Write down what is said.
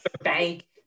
bank